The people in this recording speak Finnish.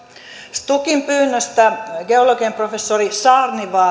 stukin pyynnöstä geologian professori saarnisto